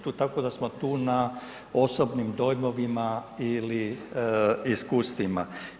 Tako da smo tu na osobnim dojmovima ili iskustvima.